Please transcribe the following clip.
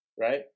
right